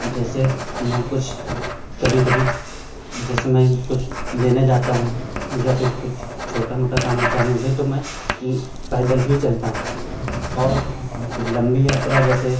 जैसे मैं कुछ कभी कभी जैसे मैं कुछ लेने जाता हूँ या फिर कुछ मोटा मोटा काम होता है मुझे तो मैं पैदल ही चलता हूँ और लम्बी यात्रा जैसे